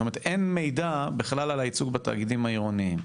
זאת אומרת שאין מידע בכלל על הייצוג בתאגידים העירוניים.